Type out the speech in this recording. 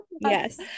Yes